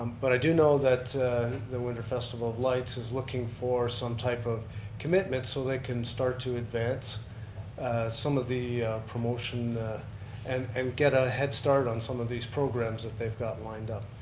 but i do know that the winter festival of lights is looking for some type of commitment so they can start to advance some of the promotion and and get a head start on some of these programs that they've got lined up.